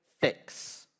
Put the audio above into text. fix